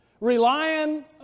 relying